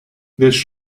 this